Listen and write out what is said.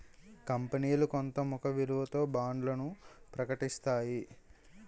కంపనీలు కొంత ముఖ విలువతో బాండ్లను ప్రకటిస్తాయి